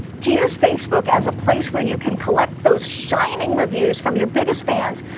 to use facebook as a place where you can collect those shining reviews from your biggest fans,